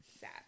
sad